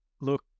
look